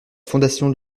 fondation